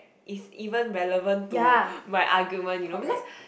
is even relevant to my argument you know because